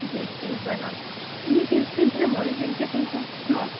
jeans পিন্ধিবা ন তুমি জিন্স পিন্ধিলে ময়ো জিন্সেই পিন্ধোঁ ন